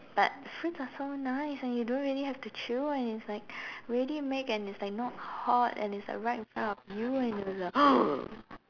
but fruits are so nice and you don't really have to chew and it's like ready made and it's like not hot and it's right in front of you and you